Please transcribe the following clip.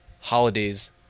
holidays